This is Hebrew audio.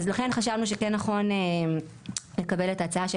אז לכן חשבנו שכן נכון לקבל את ההצעה של